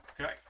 Okay